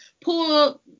pull